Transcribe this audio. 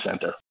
Center